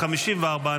669. הצבעה כעת.